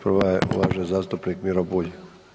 Prva je uvaženi zastupnik Miro Bulj.